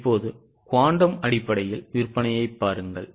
இப்போது குவாண்டம் அடிப்படையில் விற்பனையைப் பாருங்கள்